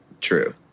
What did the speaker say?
True